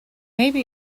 maybe